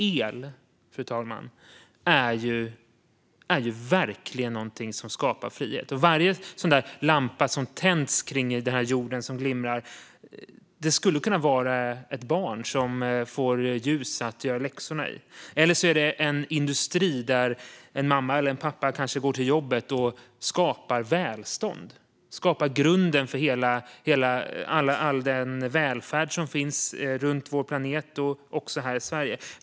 Fru talman! El är verkligen någonting som skapar frihet. Varje lampa som tänds och glimrar på jorden skulle kunna vara tänd av ett barn som får ljus att göra läxorna i. Eller så är det en industri som lyser, dit en mamma eller en pappa går till jobbet och skapar välstånd och skapar grunden för all den välfärd som finns runt om på vår planet och också här i Sverige.